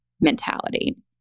mentality